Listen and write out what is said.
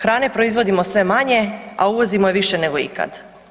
Hrane proizvodimo sve manje, a uvozimo je više nego ikad.